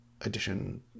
Edition